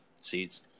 seeds